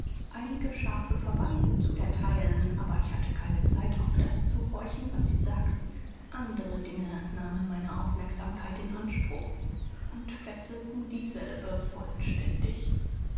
einige scharfe verweise zu erteilen aber ich hatte keine zeit auf das zu horchen was sie sagten andere dinge nahmen meine aufmerksamkeit in anspruch und fesselten dieselbe vollständig